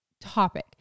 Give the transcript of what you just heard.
topic